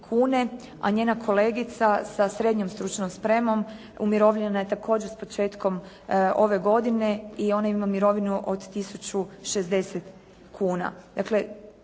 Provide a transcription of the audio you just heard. kune, a njena kolegica sa SSS umirovljena je također s početkom ove godine i ona ima mirovinu od 1.060,00 kuna. Dakle